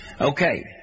Okay